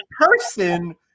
person